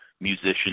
musician